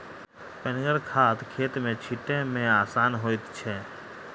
पनिगर खाद खेत मे छीटै मे आसान होइत छै